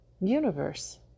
universe